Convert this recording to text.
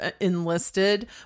enlisted